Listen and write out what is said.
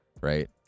right